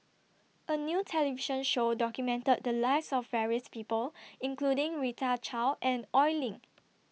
A New television Show documented The Lives of various People including Rita Chao and Oi Lin